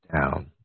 down